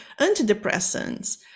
antidepressants